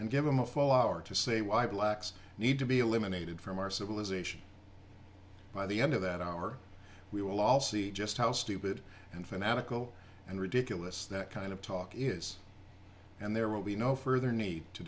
and give them a full hour to say why blacks need to be eliminated from our civilization by the end of that hour we will all see just how stupid and fanatical and ridiculous that kind of talk is and there will be no further need to